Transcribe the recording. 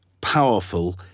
powerful